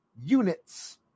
units